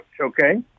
okay